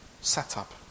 setup